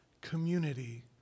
community